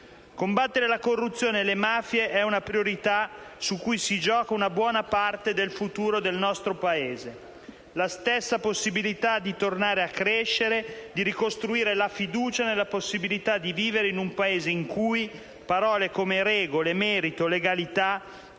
Combattere la corruzione e le mafie è una priorità su cui si gioca una buona parte del futuro del nostro Paese, la stessa possibilità di tornare a crescere, di ricostruire la fiducia nella possibilità di vivere in un Paese in cui parole come regole, merito, legalità